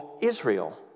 Israel